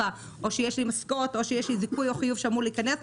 אצלו או שיש לי משכורת או זיכוי או חיוב שאמור להיכנס,